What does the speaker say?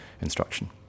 instruction